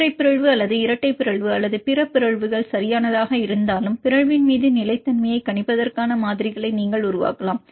ஒற்றை பிறழ்வு அல்லது இரட்டை பிறழ்வு அல்லது பல பிறழ்வுகள் சரியானதாக இருந்தாலும் பிறழ்வின் மீது நிலைத்தன்மையைக் கணிப்பதற்கான மாதிரிகளை நீங்கள் உருவாக்கலாம்